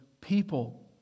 people